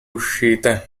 uscite